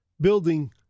building